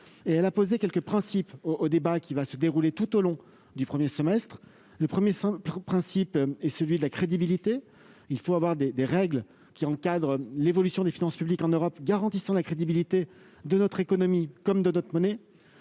et a posé quelques principes pour encadrer le débat qui va se dérouler tout au long du premier semestre de 2022. Le premier principe est celui de la crédibilité ; il faut que les règles qui encadrent l'évolution des finances publiques en Europe garantissent la crédibilité de notre économie et de notre monnaie.